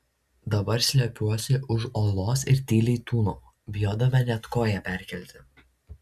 dabar slepiuosi už uolos ir tyliai tūnau bijodama net koją perkelti